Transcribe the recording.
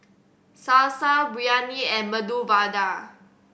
Salsa Biryani and Medu Vada